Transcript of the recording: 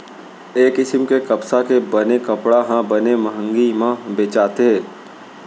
ए किसम के कपसा के बने कपड़ा ह बने मंहगी म बेचाथे